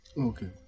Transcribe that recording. Okay